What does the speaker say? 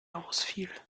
ausfiel